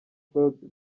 claude